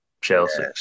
Chelsea